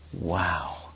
wow